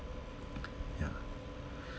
ya